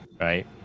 right